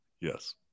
Yes